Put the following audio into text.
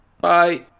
Bye